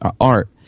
art